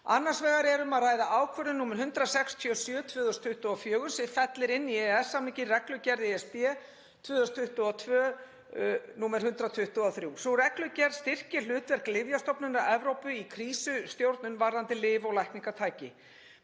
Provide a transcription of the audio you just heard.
Annars vegar er um að ræða ákvörðun nr. 167/2024, sem fellir inn í EES-samninginn reglugerð (ESB) 2022/123. Sú reglugerð styrkir hlutverk Lyfjastofnunar Evrópu í krísustjórnun varðandi lyf og lækningatæki.